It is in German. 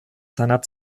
seiner